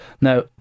now